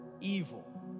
evil